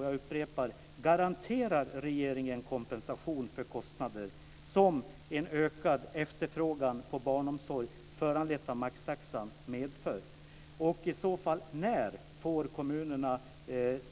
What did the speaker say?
regeringen garanterar kompensation för kostnader som en ökad efterfrågan på barnomsorg, föranledd av maxtaxan, medför. När får i så fall kommunerna